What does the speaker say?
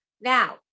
Now